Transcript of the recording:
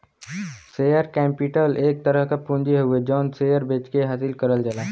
share capital एक तरह क पूंजी हउवे जौन शेयर बेचके हासिल करल जाला